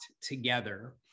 together